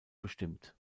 bestimmt